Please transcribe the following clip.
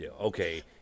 okay